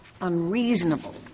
unreasonable